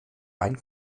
ein